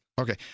Okay